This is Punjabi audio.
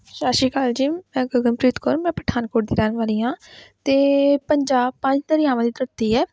ਸਤਿ ਸ਼੍ਰੀ ਅਕਾਲ ਜੀ ਮੈਂ ਗਗਨਪ੍ਰੀਤ ਕੌਰ ਮੈਂ ਪਠਾਨਕੋਟ ਦੀ ਰਹਿਣ ਵਾਲੀ ਹਾਂ ਅਤੇ ਪੰਜਾਬ ਪੰਜ ਦਰਿਆਵਾਂ ਦੀ ਧਰਤੀ ਹੈ